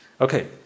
Okay